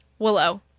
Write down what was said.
willow